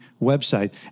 website